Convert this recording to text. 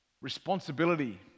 responsibility